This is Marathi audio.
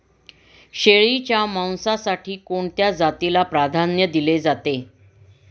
शेळीच्या मांसासाठी कोणत्या जातीला प्राधान्य दिले जाते?